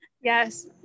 Yes